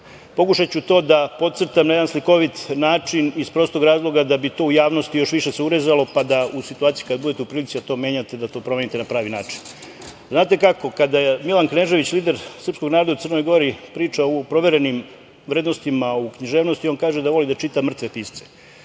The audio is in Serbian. predlog. Pokušaću to da podcrtam na jedan slikovit način, iz prostog razloga da bi to u javnosti još više se urezalo, pa da u situaciji kad budete u prilici da to menjate, da to promenite na pravi način. Znate kako, kada je Milan Knežević, lider srpskog naroda u Crnoj Gori, pričao o proverenim vrednostima u književnosti, on kaže da voli da čita mrtve pisce.